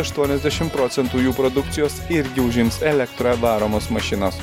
aštuoniasdešim procentų jų produkcijos irgi užims elektra varomos mašinos